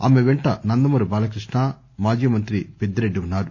ఆమె పెంట నందమూరి బాలకృష్ణ మాజీ మంత్రి పెద్దిరెడ్డి ఉన్నారు